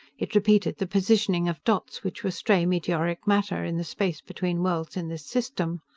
it repeated the positioning of dots which were stray meteoric matter in the space between worlds in this system.